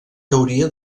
teoria